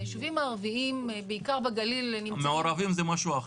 הישובים הערביים בעיקר בגליל --- מעורבים זה משהו אחר.